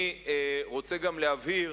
אני רוצה להבהיר,